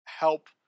help